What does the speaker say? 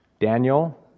Daniel